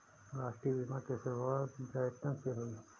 राष्ट्रीय बीमा की शुरुआत ब्रिटैन से हुई